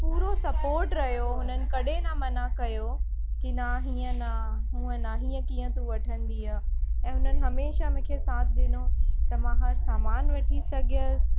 पूरो सपॉर्ट रहियो हुननि कॾहिं न मना कयो कि न हीअं न हूअं न हीअं कीअं तूं वठंदीअं ऐं हुननि हमेशह मूंखे साथ ॾिनो त मां हर सामान वठी सघियसि